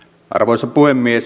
arvoisa puhemies